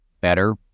better